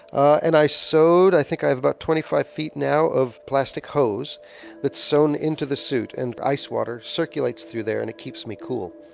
and i sewed i think i have about twenty five feet now of plastic hose that sewn into the suit and ice water circulates through there and it keeps me cool.